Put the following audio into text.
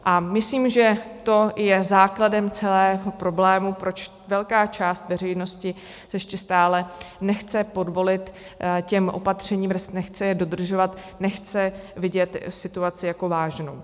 A myslím, že to je základem celého problému, proč se velká část veřejnosti ještě stále nechce podvolit těm opatřením, nechce je dodržovat, nechce vidět situaci jako vážnou.